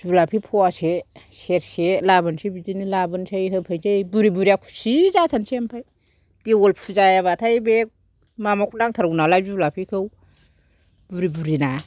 जुलाफे फवासे सेरसे लाबोनोसै बिदिनो लाबोनोसै होफैसै बुरै बुरैया खुसि जाथारसै ओमफ्राय देवल फुजा बाथाय बे मा माखौ नांथारगौ नालाय जुलाफेखौ बुरै बुरैना